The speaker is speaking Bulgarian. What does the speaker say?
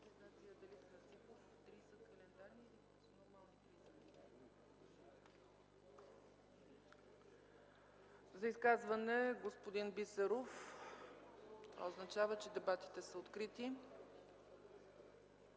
За изказване – господин Бисеров. Това означава, че дебатите са открити.